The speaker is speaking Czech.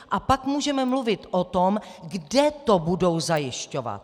A pak můžeme mluvit o tom, kde to budou zajišťovat.